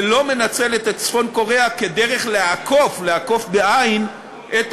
ולא מנצלת את צפון-קוריאה כדרך לעקוף את המגבלות